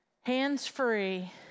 hands-free